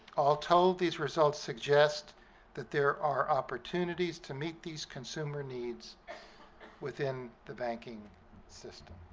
all told, these results suggest that there are opportunities to meet these consumer needs within the banking system.